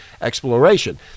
exploration